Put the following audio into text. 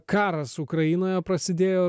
karas ukrainoje prasidėjo